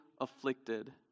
afflicted